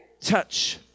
Touch